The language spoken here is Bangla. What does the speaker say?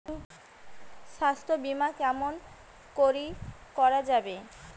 স্বাস্থ্য বিমা কেমন করি করা যাবে?